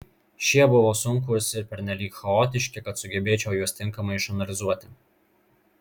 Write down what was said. šie buvo sunkūs ir pernelyg chaotiški kad sugebėčiau juos tinkamai išanalizuoti